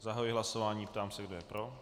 Zahajuji hlasování a ptám se, kdo je pro.